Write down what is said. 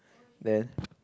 then